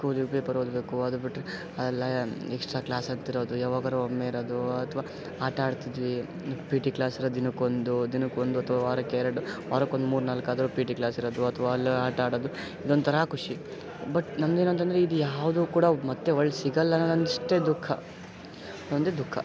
school paper ಓದಬೇಕು ಅದು ಬಿಟ್ಟರೆ ಎಲ್ಲಾ ಎಕ್ಸ್ಟ್ರಾ ಕ್ಲಾಸ್ ಅಂತ ಇರೋದು ಯಾವಾಗಾದರು ಒಮ್ಮೆ ಇರೋದು ಅಥ್ವಾ ಆಟ ಆಡ್ತಿದ್ವಿ ಪಿ ಟಿ ಕ್ಲಾಸ್ ಇರೋದು ದಿನಕ್ಕೊಂದು ದಿನಕ್ಕೊಂದು ಅಥ್ವಾ ವಾರಕ್ಕೆ ಎರಡು ವಾರಕ್ಕೆ ಒಂದು ಮೂರು ನಾಲ್ಕು ಆದರು ಪಿ ಟಿ ಕ್ಲಾಸ್ ಇರೋದು ಅಥ್ವಾ ಅಲ್ಲೇ ಆಟ ಆಡೋದು ಇದು ಒಂಥರಾ ಖುಷಿ ಬಟ್ ನಮ್ದು ಏನಂತಂದರೆ ಇದು ಯಾವುದು ಕೂಡ ಮತ್ತು ಒಳ ಸಿಗಲ್ಲ ಅನ್ನಷ್ಟೇ ದುಃಖ ಅದೊಂದೇ ದುಃಖ